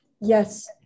Yes